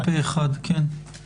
הצבעה בעד התקנות פה אחד התקנות אושרו.